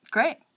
Great